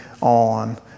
on